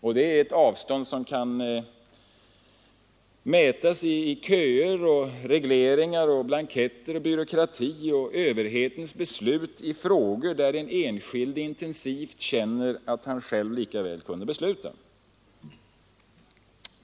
Och det är ett avstånd som kan mätas i köer, i regleringar, i blanketter, i byråkrati och i överhetens beslut i frågor där den enskilde intensivt känner att han själv lika väl kunde besluta.